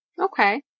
Okay